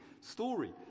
story